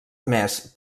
admès